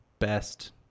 Best